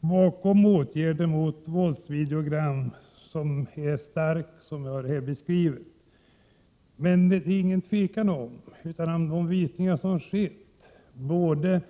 som jag här har gjort av den starka opinion som finns för åtgärder mot våldsvideogram. Det är emellertid Prot. 1987/88:122 inget tvivel om att det av de visningar som har skett — både